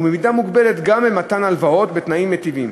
ובמידה מוגבלת גם במתן הלוואות בתנאים מיטיבים.